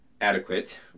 adequate